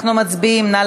מצביעים.